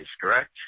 correct